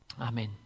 Amen